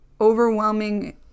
overwhelming